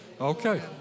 Okay